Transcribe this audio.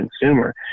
consumer